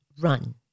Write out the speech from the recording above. run